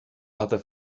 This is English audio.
other